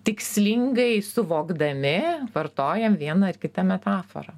tikslingai suvokdami vartojam vieną ar kitą metaforą